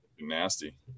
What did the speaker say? nasty